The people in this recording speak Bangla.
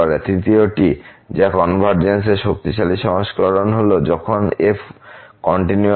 তৃতীয়টি যা কনভারজেন্সের শক্তিশালী সংস্করণ হল যখন f কন্টিনিউয়াস হয়